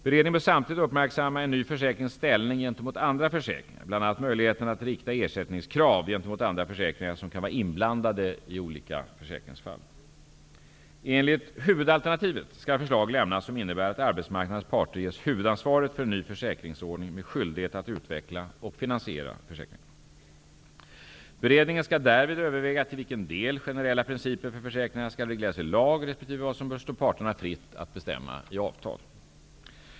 Beredningen bör samtidigt uppmärksamma en ny försäkrings ställning gentemot andra försäkringar, bl.a. möjligheterna att rikta ersättningskrav gentemot andra försäkringar som kan vara inblandade i olika försäkringsfall. Enligt huvudalternativet skall förslag lämnas som innebär att arbetsmarknadens parter ges huvudansvaret för en ny försäkringsordning med skyldighet att utveckla och finansiera försäkringarna. Beredningen skall därvid överväga till vilken del generella principer för försäkringarna skall regleras i lag resp. vad som bör stå parterna fritt att bestämma i avtal.